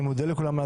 אני מודה לכולם.